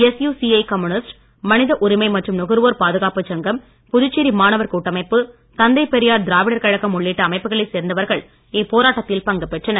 SUCI communist மனித உரிமை மற்றும் நுகர்வோர் பாதுகாப்பு சங்கம் புதுச்சேரி மாணவர் கூட்டமைப்பு தந்தைபெரியார் திராவிடர் கழகம் உள்ளிட்ட அமைப்புகளை சேர்ந்தவர்கள் இப்போராட்டத்தில் பங்குபெற்றனர்